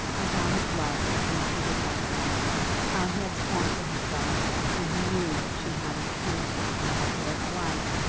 and how his love had been treated by her how he had sworn to himself, when he knew that she had in truth become that lord's wife,